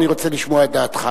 אני רוצה לשמוע את דעתך.